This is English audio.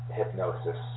hypnosis